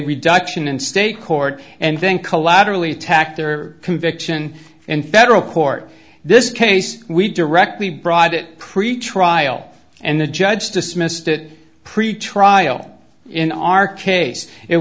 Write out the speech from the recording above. reduction in state court and then collaterally attack there conviction in federal court this case we directly brought it pretrial and the judge dismissed it pretrial in our case it